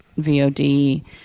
VOD